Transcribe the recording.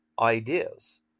ideas